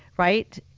right.